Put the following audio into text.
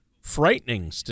Frightening